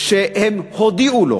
שהם הודיעו לו